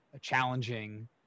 challenging